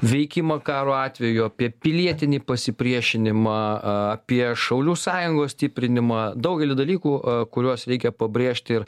veikimą karo atveju apie pilietinį pasipriešinimą apie šaulių sąjungos stiprinimą daugelį dalykų kuriuos reikia pabrėžti ir